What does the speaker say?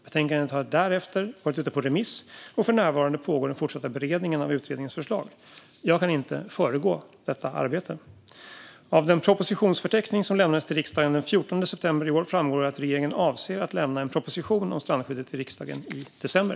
Betänkandet har därefter varit ute på remiss, och för närvarande pågår den fortsatta beredningen av utredningens förslag. Jag kan inte föregå detta arbete. Av den propositionsförteckning som lämnades till riksdagen den 14 september i år framgår att regeringen avser att lämna en proposition om strandskyddet till riksdagen i december.